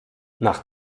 nach